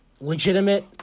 legitimate